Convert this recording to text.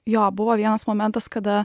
jo buvo vienas momentas kada